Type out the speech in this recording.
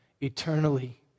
eternally